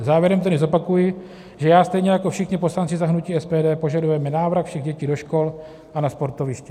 Závěrem tedy zopakuji, že já stejně jako všichni poslanci za hnutí SPD požadujeme návrat všech dětí do škol a na sportoviště.